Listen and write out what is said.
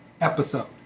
episode